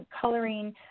coloring